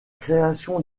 création